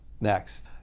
next